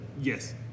Yes